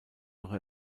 ihre